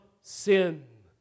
sin